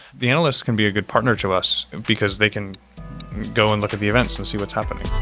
the analyst can be a good partner to us, because they can go and look at the events and see what's happening.